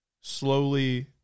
slowly